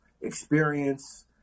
experience